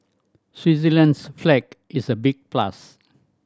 Switzerland's flag is a big plus